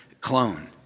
clone